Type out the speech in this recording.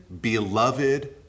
beloved